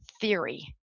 theory